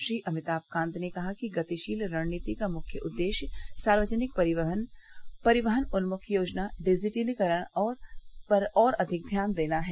श्री अमिताम कांत ने कहा कि गतिशील रणनीति का मुख्य उद्देश्य सार्वजनिक परिवहन परिवहन उन्मुख योजना डिजिटीकरण पर अधिक ध्यान देना है